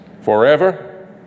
forever